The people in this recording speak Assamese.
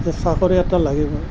যে চাকৰি এটা লাগিব